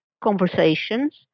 conversations